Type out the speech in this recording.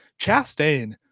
Chastain